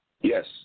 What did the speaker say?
Yes